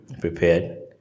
prepared